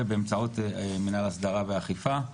ובאמצעות מינהל ההסדרה והאכיפה.